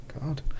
God